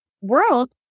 world